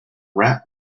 rap